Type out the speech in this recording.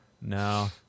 no